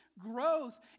growth